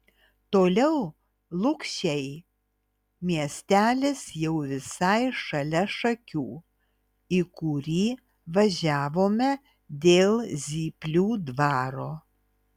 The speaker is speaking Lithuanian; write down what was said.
toliau lukšiai miestelis jau visai šalia šakių į kurį važiavome dėl zyplių dvaro